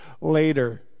later